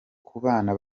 kubana